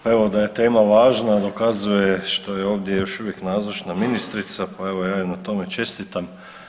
Pa evo da je tema važna dokazuje što je ovdje još uvijek nazočna ministrica ja joj na tome čestitam.